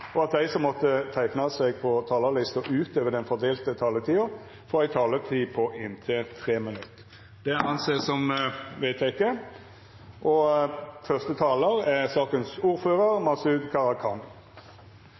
og at dei som måtte teikna seg på talarlista utover den fordelte taletida, får ei taletid på inntil 3 minutt. – Det er vedteke. Det er viktig at politiet har gode verktøy for å forebygge, avdekke og